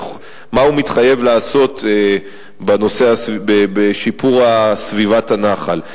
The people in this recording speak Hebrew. מה הוא מתחייב לעשות בשיפור סביבת הנחל.